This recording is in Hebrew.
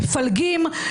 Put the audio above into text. מפלגים.